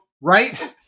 right